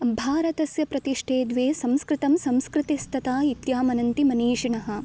भारतस्य प्रतिष्ठे द्वे संस्कृतं संस्कृतिस्तथा इत्यामनन्ति मनीषिणः